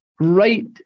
right